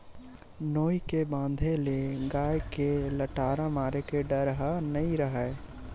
नोई के बांधे ले गाय के लटारा मारे के डर ह नइ राहय